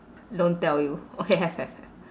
don't tell you okay have have have